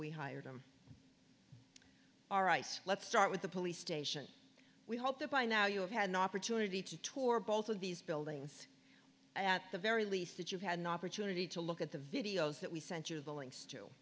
we hired him all right let's start with the police station we hope that by now you have had an opportunity to tour both of these buildings at the very least that you've had an opportunity to look at the videos that we censor the links to